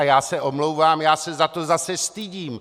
Já se omlouvám, já se za to zase stydím!